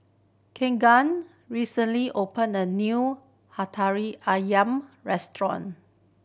Keagan recently opened a new ayam restaurant